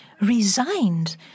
resigned